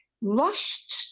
rushed